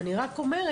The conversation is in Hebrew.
אני רק אומרת,